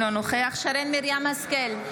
אינו נוכח שרן מרים השכל,